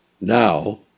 Now